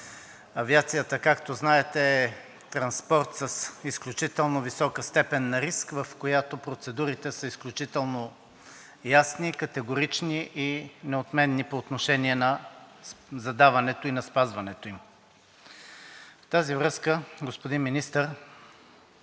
Авиацията, както знаете, е транспорт с изключително висока степен на риск, в която процедурите са изключително ясни, категорични и неотменни по отношение на задаването и на спазването им. Във връзка с това, господин Министър,